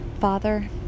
father